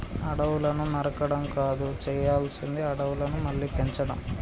అడవులను నరకడం కాదు చేయాల్సింది అడవులను మళ్ళీ పెంచడం